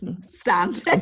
Stand